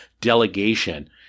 delegation